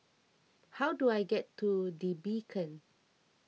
how do I get to the Beacon